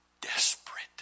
desperate